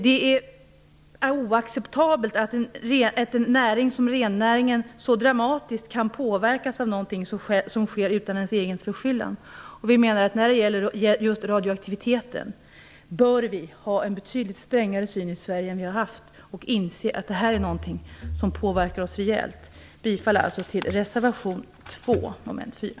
Det är oacceptabelt att en näring som rennäringen så dramatiskt kan påverkas av någonting som sker utan dess egen förskyllan. Vi menar att just när det gäller radioaktivitet bör vi ha en betydligt strängare syn i Sverige än vad vi har haft och inse att det här är någonting som påverkas oss rejält. Jag yrkar således bifall till reservation 2 avseende mom. 4.